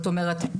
זאת אומרת,